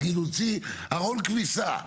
נגיד הוא הוציא ארון כביסה.